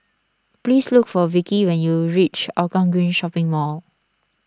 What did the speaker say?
please look for Vicky when you reach Hougang Green Shopping Mall